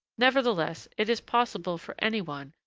nevertheless, it is possible for anyone,